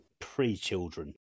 Pre-children